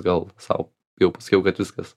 gal sau jau pasakiau kad viskas